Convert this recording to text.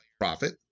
profit